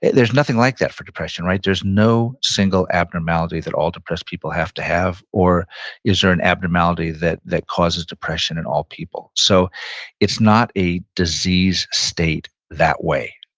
there's nothing like that for depression, right? there's no single abnormality that all depressed people have to have or is there an abnormality that that causes depression in all people, so it's not a disease state that way.